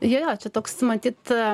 jo jo čia toks matyt